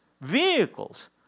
vehicles